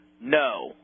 No